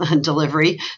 delivery